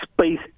space